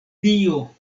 dio